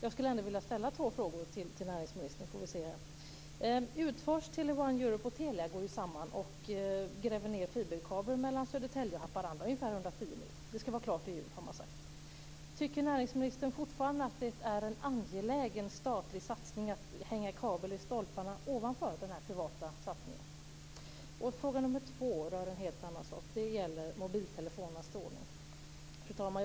Jag skulle ändå vilja ställa två frågor till näringsministern. Utfors, Tele 1 Europe och Telia går ju samman och gräver ned fiberkabel mellan Södertälje och Haparanda - ungefär 110 mil. Det ska vara klart till jul, har man sagt. Tycker näringsministern fortfarande att det är en angelägen statlig satsning att hänga kabel i stolparna ovanför den här privata satsningen? Fråga nr 2 rör en helt annan sak. Den gäller mobiltelefonernas strålning. Fru talman!